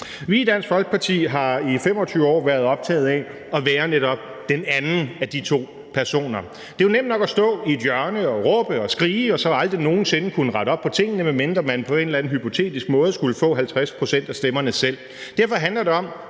Vi i Dansk Folkeparti har i 25 år været optagede af at være netop den anden af de to personer. Det er jo nemt nok at stå i et hjørne og råbe og skrige og så aldrig nogen sinde kunne rette op på tingene, medmindre man på en eller anden hypotetisk måde selv skulle få 50 pct. af stemmerne. Derfor handler det om